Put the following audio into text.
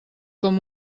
com